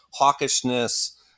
hawkishness